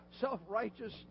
self-righteous